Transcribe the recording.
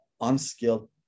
unskilled